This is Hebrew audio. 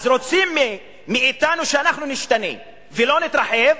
אז, רוצים מאתנו שאנחנו נשתנה ולא נתרחב,